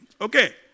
Okay